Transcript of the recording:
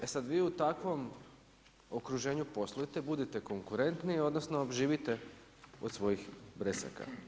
E sad, vi u takvom okruženju poslujete, budete konkurenti, odnosno, živite od svojih bresaka.